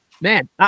man